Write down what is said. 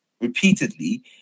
repeatedly